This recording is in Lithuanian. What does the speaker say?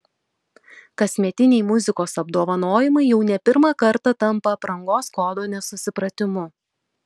kasmetiniai muzikos apdovanojimai jau ne pirmą kartą tampa aprangos kodo nesusipratimu